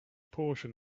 portion